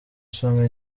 song